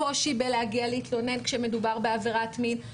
הקושי בהגעה להתלונן כשמדובר בעבירת מין,